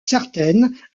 certaines